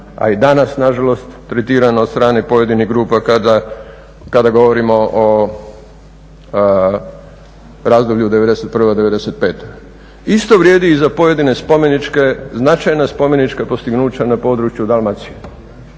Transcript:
a i danas nažalost tretirana od strane pojedinih grupa kada govorimo o razdoblju '91.-'95. Isto vrijedi i za pojedine spomeničke, značajna spomenička postignuća na području Dalmacije,